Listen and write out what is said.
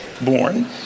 born